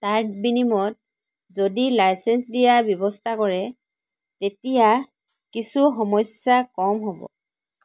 তাৰ বিনিময়ত যদি লাইচেন্স দিয়াৰ ব্যৱস্থা কৰে তেতিয়া কিছু সমস্যা কম হ'ব